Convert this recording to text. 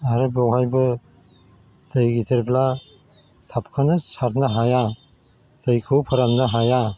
आरो बेवहायबो दै गिदिरब्ला थाबखौनो सारनो हाया दैखौ फोरान्नो हाया